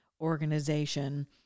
organization